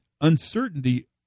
uncertainty